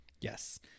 Yes